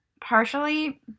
partially